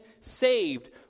saved